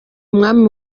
umwami